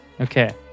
okay